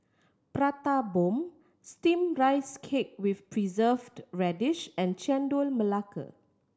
Prata Bomb Steamed Rice Cake with Preserved Radish and Chendol Melaka